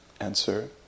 answer